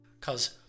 Cause